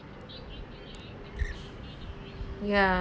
ya